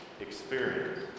experience